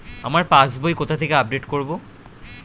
আমার পাস বই কোথায় আপডেট করব?